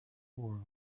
world